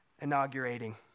inaugurating